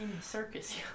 circus